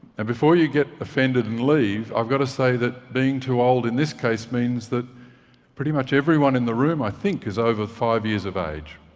and before you get offended and leave, i've got to say that being too old, in this case, means that pretty much everyone in the room, i think, is over five years of age.